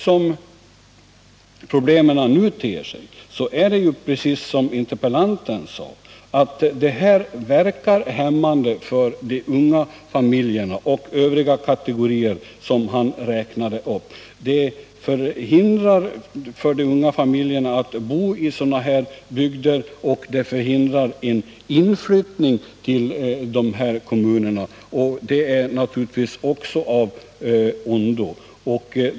Som förhållandena nu är hindrar det här — precis som interpellanten sade — de unga familjerna och de övriga kategorier han räknade upp från att bo i dessa bygder. Och det hindrar en inflyttning till dessa kommuner. Det är naturligtvis också av ondo.